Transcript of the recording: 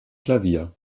klavier